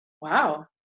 wow